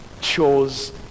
chose